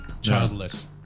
childless